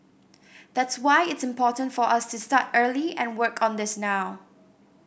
that's why it's important for us to start early and work on this now